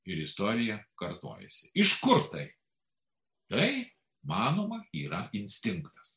ir istorija kartojasi iš kur tai tai manoma yra instinktas